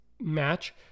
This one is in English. match